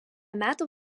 metų